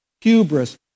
hubris